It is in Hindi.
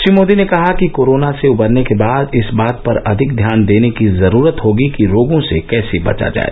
श्री मोदी ने कहा कि कोरोना से उबरने के बाद इस बात पर अधिक ध्यान देने की जरुरत होगी कि रोगों से कैसे बचा जाए